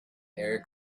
erik